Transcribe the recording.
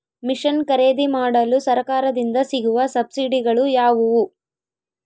Mission ಖರೇದಿಮಾಡಲು ಸರಕಾರದಿಂದ ಸಿಗುವ ಸಬ್ಸಿಡಿಗಳು ಯಾವುವು?